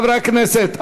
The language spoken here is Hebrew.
חברי הכנסת,